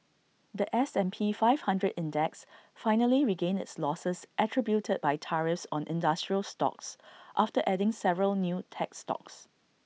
The S and P five hundred index finally regained its losses attributed by tariffs on industrial stocks after adding several new tech stocks